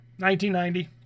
1990